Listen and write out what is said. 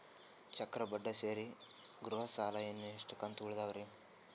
ಚಕ್ರ ಬಡ್ಡಿ ಸೇರಿ ಗೃಹ ಸಾಲ ಇನ್ನು ಎಷ್ಟ ಕಂತ ಉಳಿದಾವರಿ?